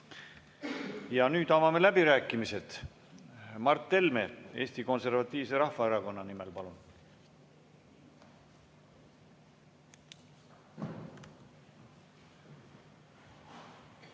Nüüd avame läbirääkimised. Mart Helme Eesti Konservatiivse Rahvaerakonna nimel, palun!